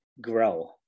grow